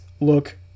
look